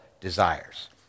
desires